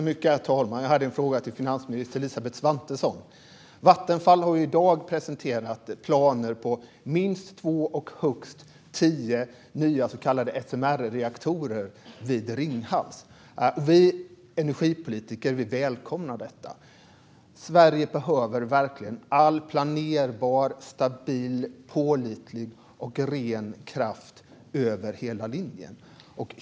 Herr talman! Jag har en fråga till finansminister Elisabeth Svantesson. Vattenfall har i dag presenterat planer på minst två och högst tio nya så kallade SMR-reaktorer vid Ringhals. Vi energipolitiker välkomnar detta. Sverige behöver verkligen planerbar, stabil, pålitlig och ren kraft över hela linjen.